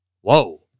Whoa